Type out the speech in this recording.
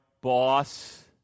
boss